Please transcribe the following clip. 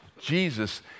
Jesus